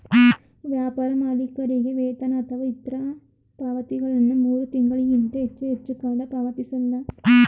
ವ್ಯಾಪಾರ ಮಾಲೀಕರಿಗೆ ವೇತನ ಅಥವಾ ಇತ್ರ ಪಾವತಿಗಳನ್ನ ಮೂರು ತಿಂಗಳಿಗಿಂತ ಹೆಚ್ಚು ಹೆಚ್ಚುಕಾಲ ಪಾವತಿಸಲ್ಲ